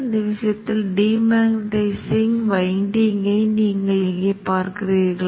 மூல Vin மற்றும் Vc கிளை இருந்தால் மட்டுமே ப்ளாட் அவுட்களின் பட்டியலில் கிளை மின்னோட்டங்கள் கிடைக்கும் என்பதை நீங்கள் பார்க்கலாம்